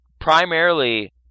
primarily